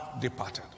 departed